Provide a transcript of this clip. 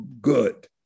good